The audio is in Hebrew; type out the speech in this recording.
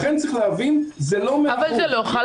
לכן צריך להבין זה לא מאה אחוז.